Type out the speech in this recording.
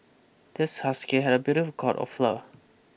this husky had a beautiful coat of fur